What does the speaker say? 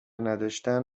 نداشتن